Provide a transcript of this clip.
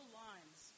lines